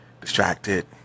distracted